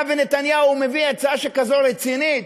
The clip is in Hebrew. היה ונתניהו מביא הצעה כזאת רצינית,